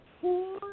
four